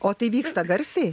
o tai vyksta garsiai